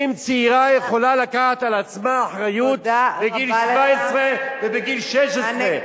אם צעירה יכולה לקחת על עצמה אחריות בגיל 17 ובגיל 16,